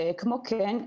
כמו כן,